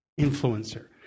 influencer